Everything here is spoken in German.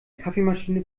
kaffeemaschine